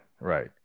right